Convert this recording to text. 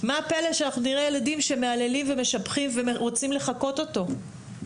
מה הפלא שאנחנו נראה ילדים שמהללים ומשבחים ורוצים לחקות אותו?